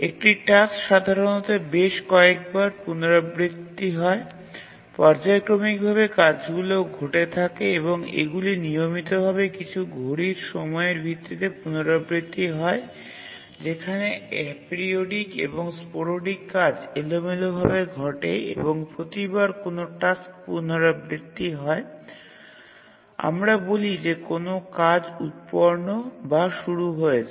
একটি টাস্ক সাধারণত বেশ কয়েকবার পুনরাবৃত্তি হয় পর্যায়ক্রমিক ভাবে কাজগুলি ঘটে থাকে এবং এগুলি নিয়মিতভাবে কিছু ঘড়ির সময়ের ভিত্তিতে পুনরাবৃত্তি হয় যেখানে এপিরিওডিক এবং স্পোরডিক কাজ এলোমেলোভাবে ঘটে এবং প্রতিবার কোনও টাস্ক পুনরাবৃত্তি হয় আমরা বলি যে কোনও কাজ উত্পন্ন বা শুরু হয়েছে